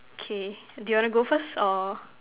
K do you want to go first or